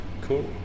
Cool